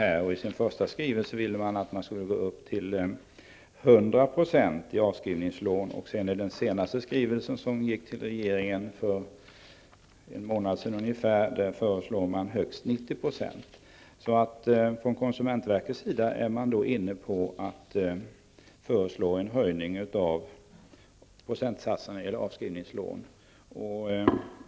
I sin första skrivelse ville verket att man skulle gå upp till 100 % i avskrivningslån. I den senaste skrivelsen som lämnades till regeringen för en månad sedan föreslog man högst 90 %. Från konsumentverkets sida är man inne på att föreslå en höjning av procentsatserna när det gäller avskrivningslån.